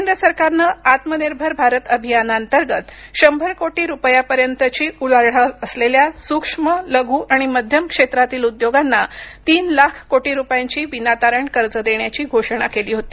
केंद्र सरकारनं आत्मनिर्भर भारत अभियाना अंतर्गत शंभर कोटी रुपयांपर्यंतची उलाढाल असलेल्या सूक्ष्म लघु आणि मध्यम क्षेत्रातील उद्योगांना तीन लाख कोटी रुपयांची विनातारण कर्ज देण्याची घोषणा केली होती